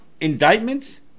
indictments